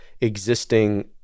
existing